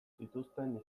zituzten